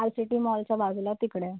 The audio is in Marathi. आय सी टी मॉलच्या बाजूला तिकडे